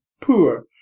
poor